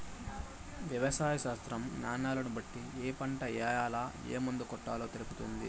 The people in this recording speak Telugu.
వ్యవసాయ శాస్త్రం న్యాలను బట్టి ఏ పంట ఏయాల, ఏం మందు కొట్టాలో తెలుపుతుంది